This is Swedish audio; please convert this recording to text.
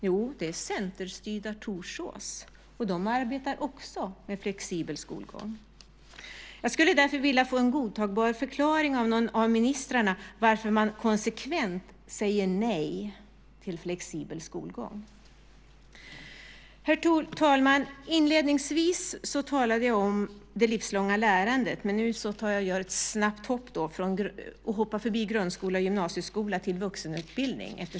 Jo, det var centerstyrda Torsås, och de arbetar också med flexibel skolgång. Jag skulle därför vilja få en godtagbar förklaring av någon av ministrarna varför man konsekvent säger nej till flexibel skolgång. Herr talman! Inledningsvis talade jag om det livslånga lärandet, men nu gör jag ett snabbt hopp förbi grundskola och gymnasieskola till vuxenutbildning.